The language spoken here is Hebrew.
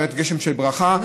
באמת גשם של ברכה,